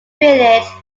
village